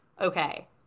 okay